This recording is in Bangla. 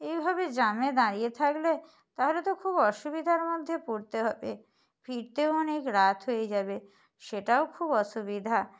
এইভাবে জ্যামে দাঁড়িয়ে থাকলে তাহলে তো খুব অসুবিধার মধ্যে পড়তে হবে ফিরতেও অনেক রাত হয়ে যাবে সেটাও খুব অসুবিধা